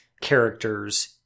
characters